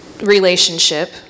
relationship